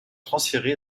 transférés